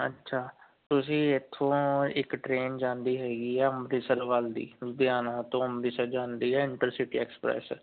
ਅੱਛਾ ਤੁਸੀਂ ਇਥੋਂ ਇੱਕ ਟਰੇਨ ਜਾਂਦੀ ਹੈਗੀ ਆ ਅੰਮ੍ਰਿਤਸਰ ਵੱਲ ਦੀ ਲੁਧਿਆਣਾ ਤੋਂ ਅੰਮ੍ਰਿਤਸਰ ਜਾਂਦੀ ਹੈ ਇੰਟਰਸਿਟੀ ਐਕਸਪ੍ਰੈਸ